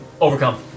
Overcome